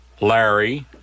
Larry